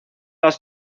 las